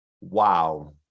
Wow